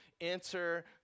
enter